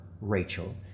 Rachel